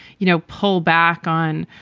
you know, pull back on,